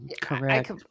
Correct